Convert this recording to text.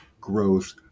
growth